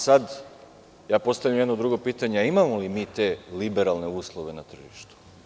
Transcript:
Sada, postavljam jedno drugo pitanje – imamo li mi te liberalne uslove na tržištu?